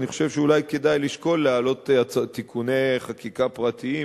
אני חושב שאולי כדאי לשקול להעלות תיקוני חקיקה פרטיים,